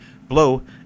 blow